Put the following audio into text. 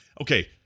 Okay